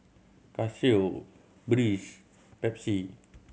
Casio Breeze Pepsi